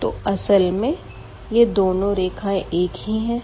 तो असल में यह दोनों रेखाएं एक ही है